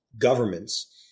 governments